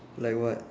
like what